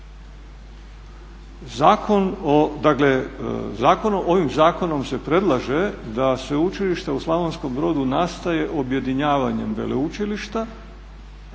ovim zakonom se predlaže da Sveučilište u Slavonskom Brodu nastaje objedinjavanjem veleučilišta,